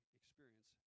experience